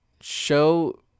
show